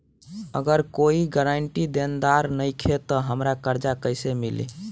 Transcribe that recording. अगर कोई गारंटी देनदार नईखे त हमरा कर्जा कैसे मिली?